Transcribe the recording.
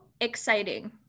exciting